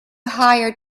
hire